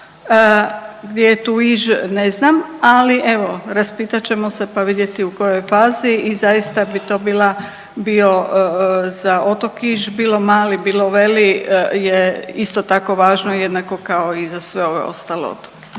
gdje je tu Iž ne znam, ali evo raspitat ćemo se, pa vidjeti u kojoj je fazi i zaista bi to bila, bio za otok Iž bilo Mali, bilo Veli je isto tako važno jednako kao i za sve ove ostale otoke.